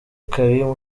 karim